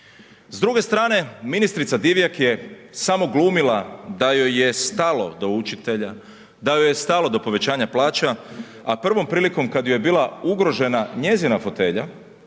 S druge strane, ministrica Divjak je samo glumila da joj je stalo do učitelja, da joj je stalo do povećanja plaća a prvom prilikom kad joj je bila ugrožena njezina fotelja,